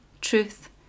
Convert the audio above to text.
truth